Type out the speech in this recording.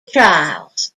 trials